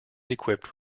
equipped